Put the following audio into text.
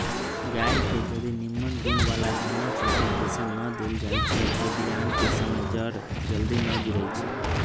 गाय के जदी निम्मन गुण बला दना चोकर बेसन न देल जाइ छइ तऽ बियान कें समय जर जल्दी न गिरइ छइ